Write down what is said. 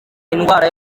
indwara